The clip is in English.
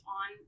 on